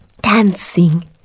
dancing